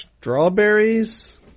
strawberries